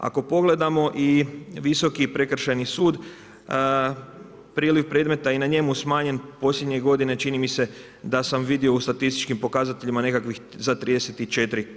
Ako pogledamo i Visoki prekršajni sud priliv predmeta i na njemu smanjen posljednje godine, čini mi se da sam vidio u statističkim pokazateljima nekakvih za 34%